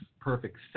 perfect